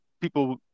people